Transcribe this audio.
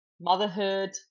motherhood